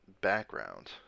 background